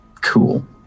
Cool